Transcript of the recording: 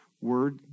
word